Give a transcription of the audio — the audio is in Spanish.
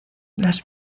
las